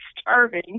starving